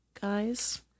Guys